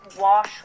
wash